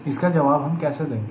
इसका जवाब हम कैसे देंगे